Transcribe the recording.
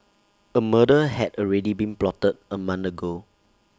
A murder had already been plotted A month ago